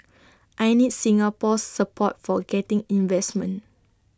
I need Singapore's support for getting investment